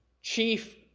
chief